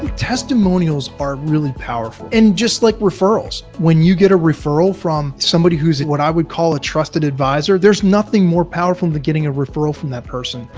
testimonials are really powerful. and just like referrals. when you get a referral from somebody who's what i would call a trusted advisor, there's nothing more powerful than getting a referral from that person.